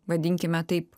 vadinkime taip